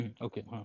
Okay